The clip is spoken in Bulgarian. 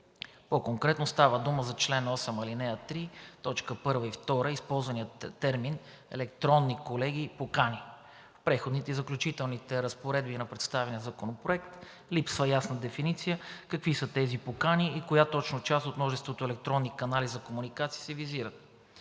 По-конкретно става дума за чл. 8, ал. 3, т. 1 и 2, използваният термин „електронни покани“, колеги. В Преходните и заключителни разпоредби на представения законопроект липсва ясна дефиниция какви са тези покани и коя точно част от множеството електронни канали за комуникация се визира.